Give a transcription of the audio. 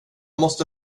måste